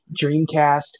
Dreamcast